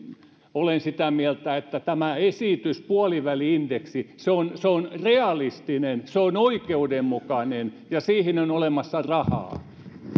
olen sitä mieltä että tämä esitys puoliväli indeksi on realistinen oikeudenmukainen ja siihen on olemassa rahaa